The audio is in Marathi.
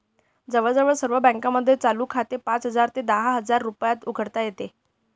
जवळजवळ सर्व बँकांमध्ये चालू खाते पाच हजार ते दहा हजार रुपयात उघडता येते